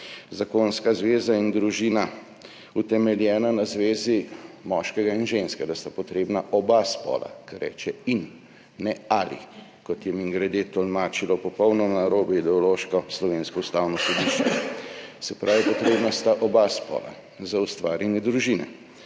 zakonska zveza in družina utemeljena na zvezi moškega in ženske, da sta potrebna oba spola, ker reče in, ne pa ali, kot je mimogrede popolnoma narobe ideološko tolmačilo slovensko Ustavno sodišče. Se pravi, potrebna sta oba spola za ustvarjanje družine,